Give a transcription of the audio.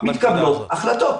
בסוף מתקבלות החלטות.